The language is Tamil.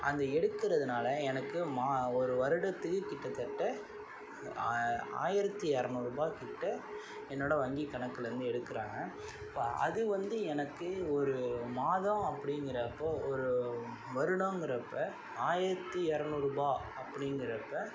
அந்த எடுக்குறதுனால் எனக்கு மா ஒரு வருடத்துக்கு கிட்டத்தட்ட ஆயிரத்தி இரநூறுபாகிட்ட என்னோட வங்கி கணக்குலேருந்து எடுக்கிறாங்க இப்போ அது வந்து எனக்கு ஒரு மாதம் அப்படிங்கிறப்போ ஒரு வருடங்கிறப்போ ஆயிரத்தி இரநூறுபா அப்படிங்கிறப்ப